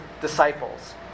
disciples